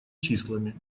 числами